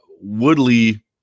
woodley